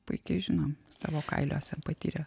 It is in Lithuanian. puikiai žinom savo kailiuose patyrę